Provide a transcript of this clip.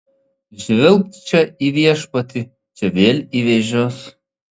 žvilgt čia į viešpatį čia vėl į vėžius